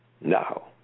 No